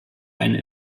eine